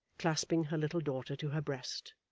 clasping her little daughter to her breast.